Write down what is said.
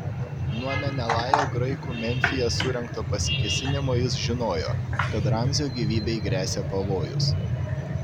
nuo menelajo graikų memfyje surengto pasikėsinimo jis žinojo kad ramzio gyvybei gresia pavojus